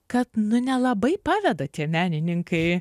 kad nu nelabai paveda tie menininkai